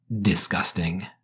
disgusting